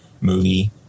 movie